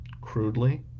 Crudely